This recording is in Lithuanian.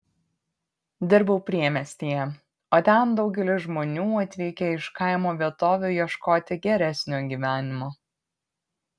dirbau priemiestyje o ten daugelis žmonių atvykę iš kaimo vietovių ieškoti geresnio gyvenimo